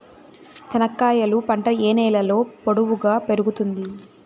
చెనక్కాయలు పంట ఏ నేలలో పొడువుగా పెరుగుతుంది?